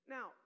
Now